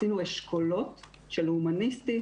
עשינו אשכולות של הומניסטי,